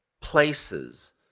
places